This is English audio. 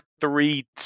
three